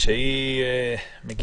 זה לא